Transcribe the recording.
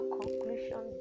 conclusion